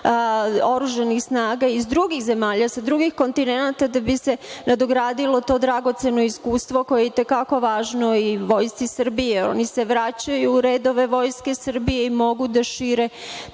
oružanih snaga iz drugih zemalja, sa drugih kontinenata da bi se nadogradilo to dragoceno iskustvo koje je i te kako važno Vojsci Srbije. Oni se vraćaju u redove Vojske Srbije i mogu da šire